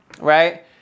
right